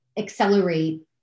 accelerate